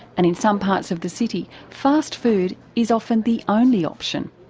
and in some parts of the city, fast food is often the only option.